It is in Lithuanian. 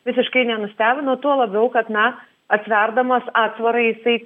visiškai nenustebino tuo labiau kad na atverdamas atvarą jisai